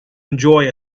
enjoy